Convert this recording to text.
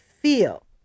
feel